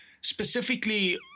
specifically